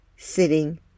Sitting